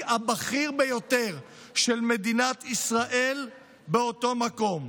הבכיר ביותר של מדינת ישראל באותו מקום,